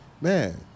Man